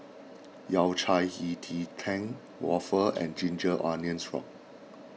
Yao Cai Hei Ji Tang Waffle and Ginger Onions